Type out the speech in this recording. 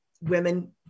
women